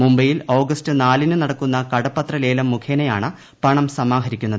മുംബൈയിൽ ആഗസ്റ്റ് നാലിന് നടക്കുന്ന കടപ്പത്രലേലം മുഖേനയാണ് പണം സമാഹരിക്കുന്നത്